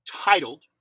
titled